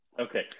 Okay